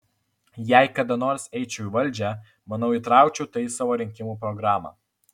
jei kada nors eičiau į valdžią manau įtraukčiau tai į savo rinkimų programą